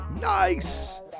Nice